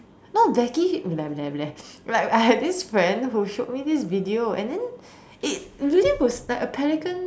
no Becky like I had this friend who showed me this video and then it really was like a pelican